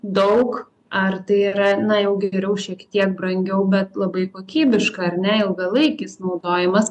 daug ar tai yra na jau geriau šiek tiek brangiau bet labai kokybiška ar ne ilgalaikis naudojimas